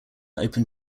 open